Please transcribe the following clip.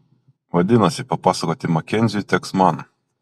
vadinasi papasakoti makenziui teks man